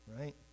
right